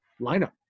lineup